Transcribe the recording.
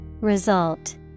Result